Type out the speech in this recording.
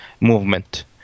movement